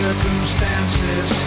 Circumstances